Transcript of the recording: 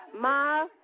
Ma